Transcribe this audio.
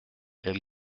elle